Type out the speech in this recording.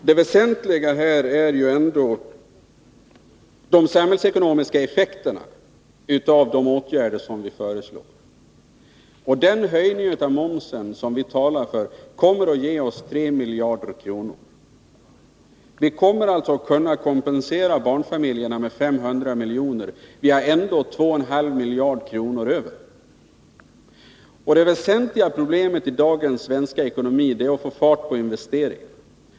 Herr talman! Det väsentliga är ju de samhällsekonomiska effekterna av de åtgärder som vi föreslår. Den höjning av momsen som vi talar för kommer att ge oss 3 miljarder kronor. Vi kommer alltså att kunna kompensera barnfamiljerna med 500 miljoner, och vi har ändå 2,5 miljarder kronor över. Det väsentliga problemet i dagens svenska ekonomi är att få fart på investeringarna.